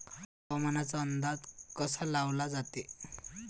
हवामानाचा अंदाज कसा लावला जाते?